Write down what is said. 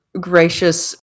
gracious